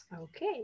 Okay